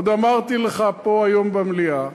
עוד אמרתי לך פה היום במליאה,